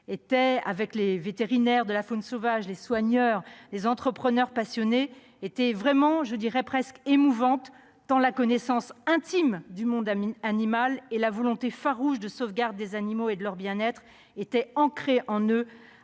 occasion avec des vétérinaires de la faune sauvage, des soigneurs, des entrepreneurs passionnés étaient presque émouvantes, tant la connaissance intime du monde animal et la volonté farouche de sauvegarder les animaux et leur bien-être étaient ancrées en eux,